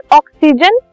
oxygen